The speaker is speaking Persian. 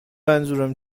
منظورم